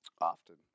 often